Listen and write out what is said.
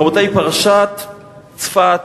רבותי, פרשת צפת